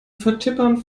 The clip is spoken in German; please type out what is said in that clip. vertippern